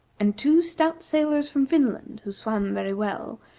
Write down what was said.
and two stout sailors from finland, who swam very well,